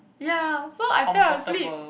ya so I fell asleep